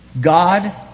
God